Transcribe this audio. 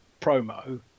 promo